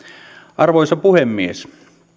arvoisa puhemies tähän